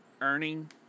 earning